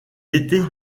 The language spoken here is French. était